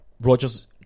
Rogers